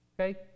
Okay